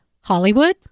Hollywood